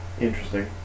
Interesting